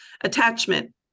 attachment